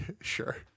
Sure